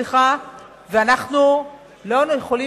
ואנחנו לא היינו יכולים,